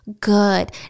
Good